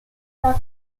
alla